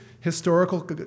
historical